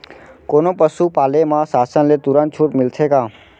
कोनो पसु पाले म शासन ले तुरंत छूट मिलथे का?